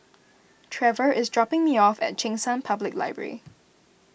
Trever is dropping me off at Cheng San Public Library